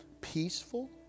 peaceful